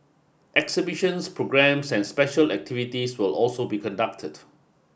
exhibitions programmes and special activities will also be conducted